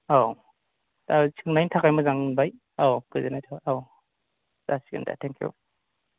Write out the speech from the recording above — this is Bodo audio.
औ दा सोंनायनि थाखाय मोजां मोनबाय औ गोजोन्नाय थाबाय औ जासिगोन दे थेंकिउ